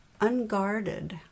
unguarded